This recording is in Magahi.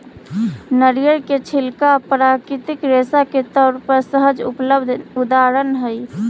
नरियर के छिलका प्राकृतिक रेशा के तौर पर सहज उपलब्ध उदाहरण हई